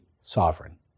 sovereign